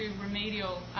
remedial